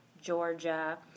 Georgia